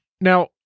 Now